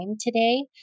today